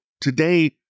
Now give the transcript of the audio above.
today